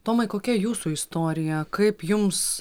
tomai kokia jūsų istorija kaip jums